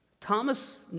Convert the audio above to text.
Thomas